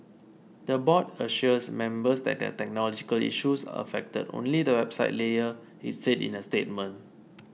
the Board assures members that the technological issues affected only the website layer it said in a statement